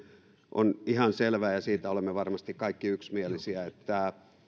on ihan selvä ja siitä olemme varmasti kaikki yksimielisiä että